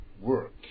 work